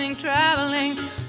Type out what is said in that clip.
traveling